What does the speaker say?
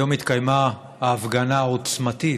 היום התקיימה ההפגנה העוצמתית,